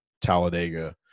talladega